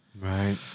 Right